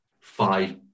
five